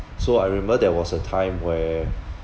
so I remember there was a time where